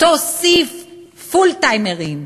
תוסיף פול-טיימרים,